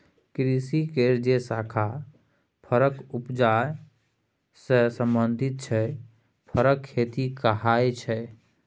कृषि केर जे शाखा फरक उपजा सँ संबंधित छै फरक खेती कहाइ छै